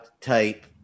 type